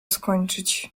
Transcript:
skończyć